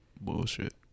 bullshit